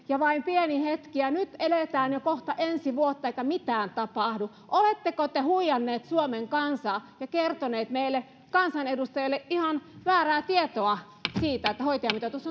ja siinä oli vain pieni hetki ja nyt eletään kohta jo ensi vuotta eikä mitään tapahdu oletteko te huijanneet suomen kansaa ja kertoneet meille kansanedustajille ihan väärää tietoa siitä että hoitajamitoitus